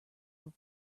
were